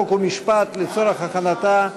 חוק ומשפט לצורך הכנתה,